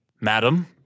Madam